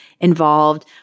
involved